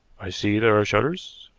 i see there are shutters.